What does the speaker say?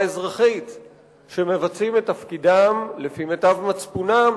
אזרחית שמבצעים את תפקידם לפי מיטב מצפונם,